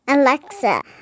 Alexa